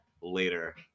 later